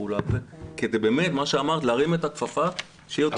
הפעולה כדי להרים את הכפפה כדי שיהיה יותר פיקוח.